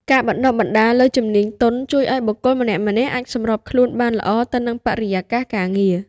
ការបណ្តុះបណ្តាលលើជំនាញទន់ជួយឱ្យបុគ្គលម្នាក់ៗអាចសម្របខ្លួនបានល្អទៅនឹងបរិយាកាសការងារ។